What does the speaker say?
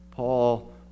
Paul